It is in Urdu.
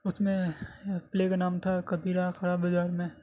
اس میں پلے کا نام تھا کبیرا کھڑا بازار میں